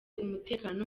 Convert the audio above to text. umutekano